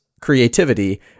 creativity